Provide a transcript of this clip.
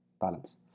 balance